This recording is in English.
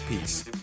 peace